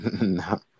No